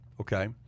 okay